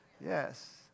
Yes